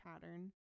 pattern